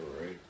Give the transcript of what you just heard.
right